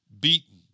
Beaten